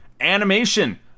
animation